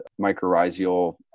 mycorrhizal